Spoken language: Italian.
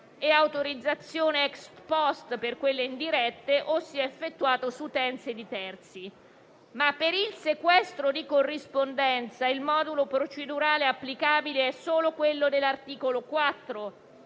un'autorizzazione *ex post* per quelle indirette, ossia effettuata su utenze di terzi, ma per il sequestro di corrispondenza il modulo procedurale applicabile è solo quello dell'articolo 4,